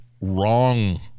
wrong